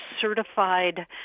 certified